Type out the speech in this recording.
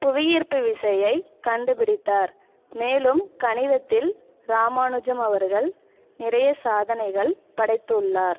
புவிஈர்ப்பு விசையை கண்டுப்பிடித்தார் மேலும் கணிதத்தில் ராமானுஜம் அவர்கள் நிறைய சாதனைகள் படைத்துள்ளார்